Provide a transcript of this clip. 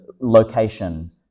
location